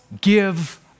give